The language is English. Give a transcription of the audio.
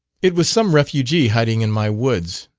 it was some refugee hiding in my woods,